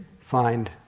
find